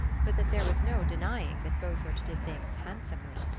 but that there was no denying that beaufort did things handsomely.